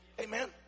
Amen